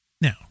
Now